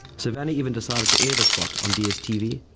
savanna even decided to air the spot on dstv,